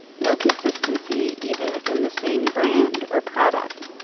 no consistency, even within the same brand or product.